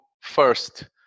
first